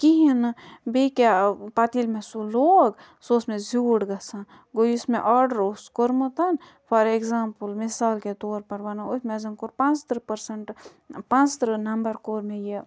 کِہیٖنۍ نہٕ بیٚیہِ کیٛاہ ٲں پَتہٕ ییٚلہِ مےٚ سُہ لوگ سُہ اوس مےٚ زیٛوٗٹھ گژھان گوٚو یُس مےٚ آرڈَر اوس کوٚرمُت فار ایٚکزامپٕل مِثال کے طور پر وَنو أسۍ مےٚ زَن کوٚر پانٛژتٕرٛہ پٔرسَنٹہٕ پانٛژتٕرٛہ نمبر کوٚر مےٚ یہِ